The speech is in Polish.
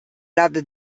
lat